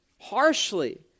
harshly